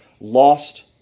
lost